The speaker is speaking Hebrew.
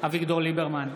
אביגדור ליברמן,